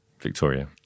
Victoria